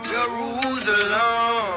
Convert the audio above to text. Jerusalem